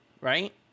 Right